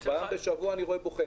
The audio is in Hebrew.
בשבוע.